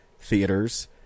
theaters